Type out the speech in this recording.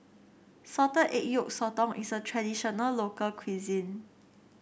Salted Egg Yolk Sotong is a traditional local cuisine